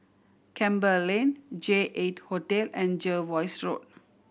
Campbell Lane J Eight Hotel and Jervois Road